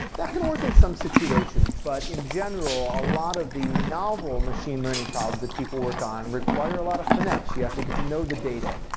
that can work in some situations, but in general, a lot of the novel machine learning problems that people work on require a lot of finesse. you have to get to know the data.